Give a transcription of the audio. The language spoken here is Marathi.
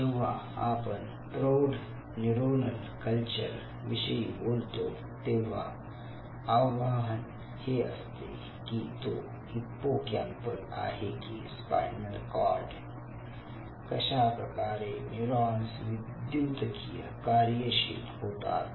जेव्हा आपण प्रौढ न्यूरोनल कल्चर विषयी बोलतो तेव्हा आव्हान हे असते की तो हिप्पोकॅम्पल आहे की स्पायनल कॉर्ड कशाप्रकारे न्यूरॉन्स विद्युतकिय कार्यशील होतात